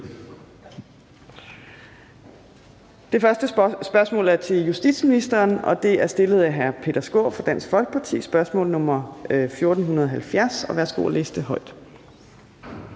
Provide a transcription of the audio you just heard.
Det første spørgsmål er til justitsministeren, og det er stillet af hr. Peter Skaarup fra Dansk Folkeparti. Det er spørgsmål nr. 1470. Kl. 15:03 Spm.